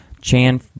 Chan